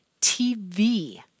TV